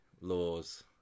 laws